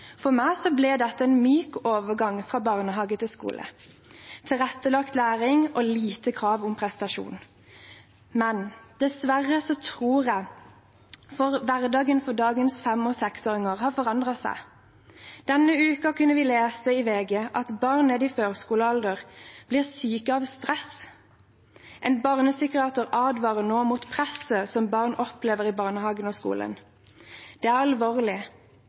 For meg ble dette en myk overgang fra barnehage til skole. Det var tilrettelagt læring og lite krav om prestasjon. Men dessverre tror jeg at hverdagen for dagens fem- og seksåringer har forandret seg. Denne uken kunne vi lese i VG at barn i førskolealder blir syke av stress. En barnepsykiater advarer nå mot presset som barn opplever i barnehage og skole. Det er alvorlig.